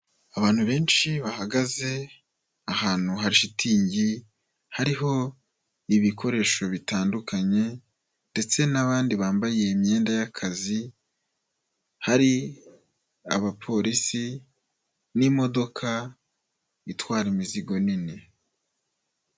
Abantu benshi bahagaze ahantu hari shitingi, hariho ibikoresho bitandukanye ndetse n'abandi bambaye imyenda y'akazi, hari abaporisi n'imodoka itwara imizigo nini.